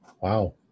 wow